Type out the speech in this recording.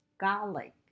garlic